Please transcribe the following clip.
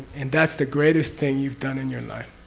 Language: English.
and that's the greatest thing you've done in your life.